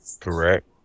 Correct